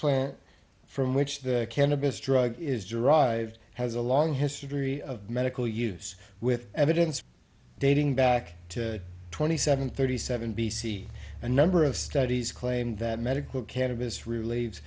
plant from which the cannabis drug is derived has a long history of medical use with evidence dating back to twenty seven thirty seven b c a number of studies claimed that medical care of this relieves